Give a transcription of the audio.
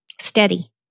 steady